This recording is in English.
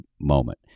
moment